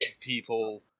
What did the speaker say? people